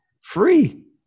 free